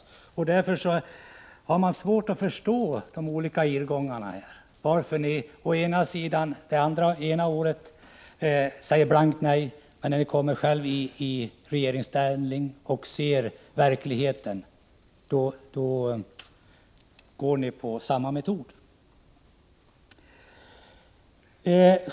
Man har därför svårt att förstå de olika irrgångarna; varför ni det ena året säger blankt nej, men när ni själva kommer i regeringsställning och ser verkligheten såsom den är använder samma metod.